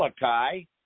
Malachi